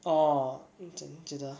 oh 会真觉得